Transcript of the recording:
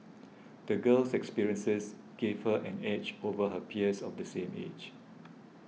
the girl's experiences gave her an edge over her peers of the same age